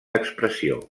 expressió